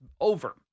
over